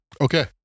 okay